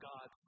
God